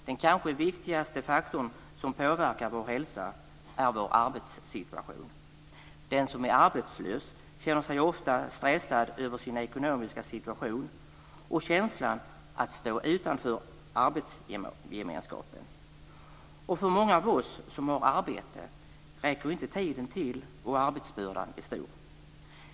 Den kanske viktigaste faktorn som påverkar vår hälsa är vår arbetssituation. Den som är arbetslös känner sig ofta stressad över sin ekonomiska situation och känslan att stå utanför arbetsgemenskapen. För många av oss som har arbete räcker inte tiden till, och arbetsbördan är stor.